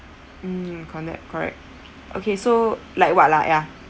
mm correct correct okay so like what like ya